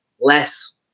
less